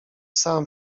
sam